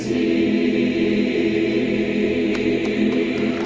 a